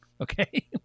okay